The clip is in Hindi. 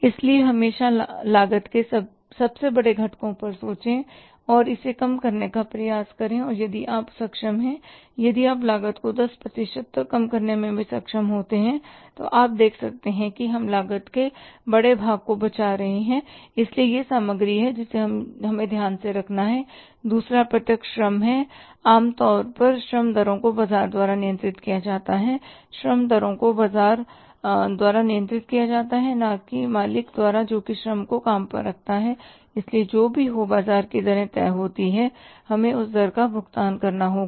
इसलिए हमेशा लागत के सबसे बड़े घटकों पर सोचें और इसे कम करने का प्रयास करें और यदि आप सक्षम हैं यदि आप लागत को 10 प्रतिशत तक कम करके भी सफल होते हैं तो आप देख सकते हैं कि हम लागत के बड़े भाग को बचा रहे हैं इसलिए यह सामग्री है जिसे हमें यहां ध्यान में रखना है दूसरा प्रत्यक्ष श्रम है आम तौर पर श्रम दरों को बाजार द्वारा नियंत्रित किया जाता है श्रम दरों को बाजार द्वारा नियंत्रित किया जाता है न कि उस मालिक द्वारा जो श्रम को काम पर रखना चाहता है इसलिए जो भी हो बाजार की दरें तय होती हैं हमें उस दर का भुगतान करना होगा